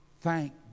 thank